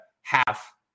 half